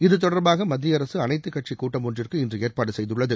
இதுதொடர்பாக மத்திய அரசு அனைத்துக் கட்சி கூட்டம் ஒன்றுக்கு இன்று ஏற்பாடு செய்துள்ளது